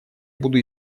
буду